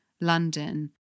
London